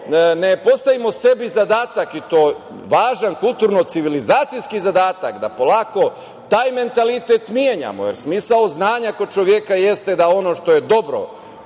ne postavimo sebi zadatak i to važan, kulturan, civilizacijski zadatak da polako taj mentalitet menjamo, jer smisao znanja kod čoveka jeste da ono što je dobro